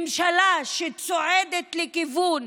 ממשלה שצועדת לכיוון